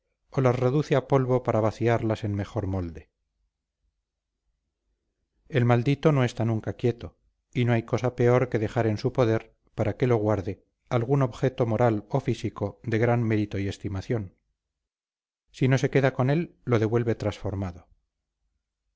las reduce a polvo para vaciarlas en mejor molde el maldito no está nunca quieto y no hay cosa peor que dejar en su poder para que lo guarde algún objeto moral o físico de gran mérito y estimación si no se queda con él lo devuelve transformado